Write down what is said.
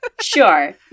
Sure